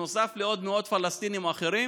נוסף לעוד מאות פלסטינים אחרים